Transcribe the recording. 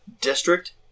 District